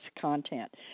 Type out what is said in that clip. content